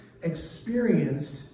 experienced